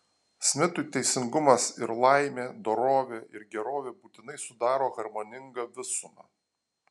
smitui teisingumas ir laimė dorovė ir gerovė būtinai sudaro harmoningą visumą